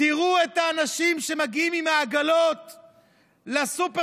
תראו את האנשים שמגיעים עם העגלות לסופרמרקטים,